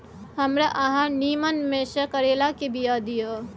हमरा अहाँ नीमन में से करैलाक बीया दिय?